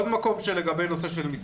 עוד מקום לגבי נושא של מסעדות.